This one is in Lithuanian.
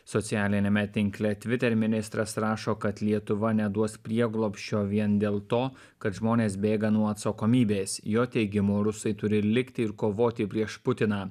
socialiniame tinkle twitter ministras rašo kad lietuva neduos prieglobsčio vien dėl to kad žmonės bėga nuo atsakomybės jo teigimu rusai turi likti ir kovoti prieš putiną